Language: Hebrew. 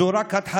זו רק התחלה,